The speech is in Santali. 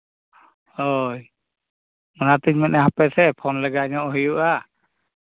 ᱦᱳᱭ ᱚᱱᱟᱛᱤᱧ ᱢᱮᱱᱮᱫᱼᱟ ᱦᱟᱯᱮ ᱥᱮ ᱯᱷᱳᱱ ᱞᱮᱜᱟ ᱧᱚᱜ ᱦᱩᱭᱩᱜᱼᱟ